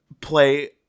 play